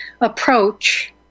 approach